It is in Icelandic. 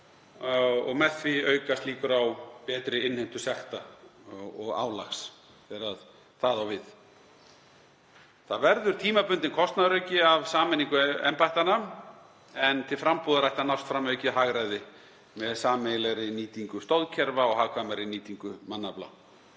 og með því aukast líkur á betri innheimtu sekta og álags þegar það á við. Það verður tímabundinn kostnaðarauki af sameiningu embættanna en til frambúðar ætti að nást fram aukið hagræði með sameiginlegri nýtingu stoðkerfa og hagkvæmari nýtingu mannafla.